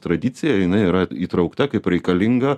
tradicija jinai yra įtraukta kaip reikalinga